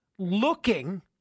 looking